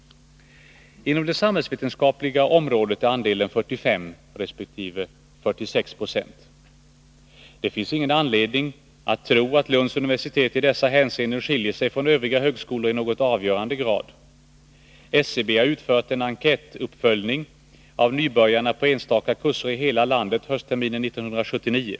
Inom det samhällsvetenskapliga området är andelen 45 resp. 46 9. Det finns ingen anledning att tro att Lunds universitet i dessa hänseenden skiljer sig från övriga högskolor i någon avgörande utsträckning. SCB har utfört en enkätuppföljning av nybörjarna på enstaka kurser i hela landet höstterminen 1979.